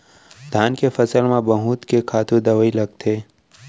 धान के फसल म बहुत के खातू दवई लगथे